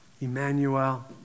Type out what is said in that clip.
Emmanuel